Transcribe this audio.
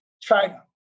China